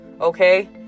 okay